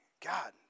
God